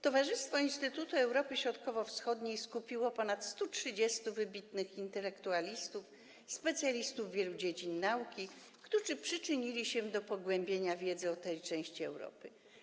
Towarzystwo Instytutu Europy Środkowo-Wschodniej skupiło ponad 130 wybitnych intelektualistów, specjalistów wielu dziedzin nauki, którzy przyczynili się do pogłębienia wiedzy o tej części Europy.